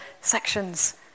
sections